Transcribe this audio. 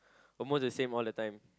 almost the same all the time